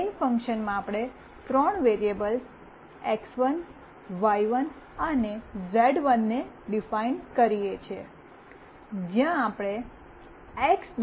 main ફંક્શનમાં આપણે ત્રણ વેરીએબ્લ્સ એક્સ1 વાય1 અને ઝેડ1ને ડિફાઇન કરીએ છીએ જ્યાં આપણે એક્સ